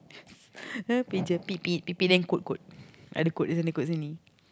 ah pager then code code ada kod sana kod sini